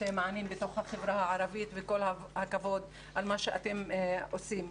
מענים בתוך החברה הערבית וכל הכבוד על מה שאתם עושים.